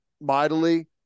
mightily